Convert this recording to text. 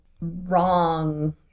wrong